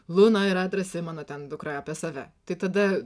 luna yra drąsi mano ten dukra apie save tai tada